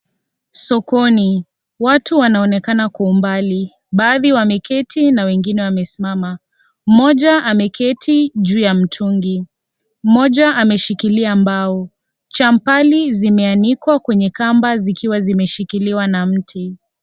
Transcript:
Sokoni, watu wanaonekana kwa umbali baadhi wameketi na wengine wamesimama. Moja ameketi juu ya mtungi . Moja ameshikilia mbao. chambali zimeanikwa kwenye kamba zililiwa zimeshikiliwa na miti.